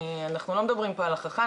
אנחנו לא מדברים פה על הכרחה,